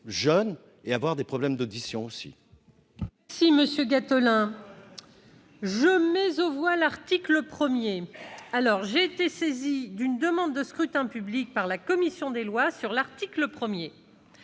jeune et avoir des problèmes d'audition ...